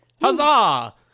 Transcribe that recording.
Huzzah